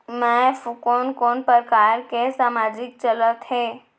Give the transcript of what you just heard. मैं कोन कोन प्रकार के सामाजिक चलत हे?